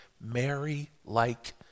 Mary-like